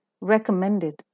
recommended